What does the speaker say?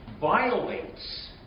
violates